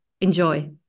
enjoy